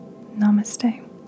Namaste